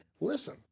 listen